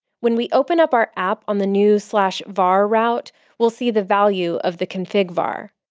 when we open up our app on the new so var route we'll see the value of the config var.